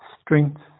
strength